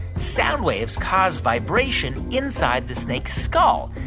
sound waves cause vibration inside the snake's skull,